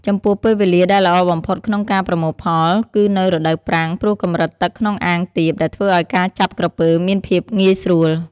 ចំពោះពេលវេលាដែលល្អបំផុតក្នុងការប្រមូលផលគឺនៅ រដូវប្រាំង ព្រោះកម្រិតទឹកក្នុងអាងទាប ដែលធ្វើឲ្យការចាប់ក្រពើមានភាពងាយស្រួល។